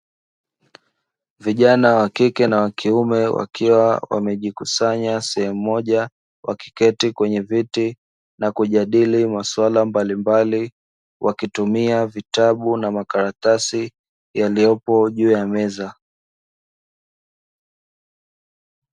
Vijana wa kike na wa kiume, wakiwa wamejikusanya sehemu moja. Wakiketi kwenye viti na kujadili masuala mbalimbali. Wakitumia vitabu na makaratasi yaliyopo juu ya meza.